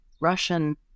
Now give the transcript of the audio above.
Russian